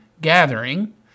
gathering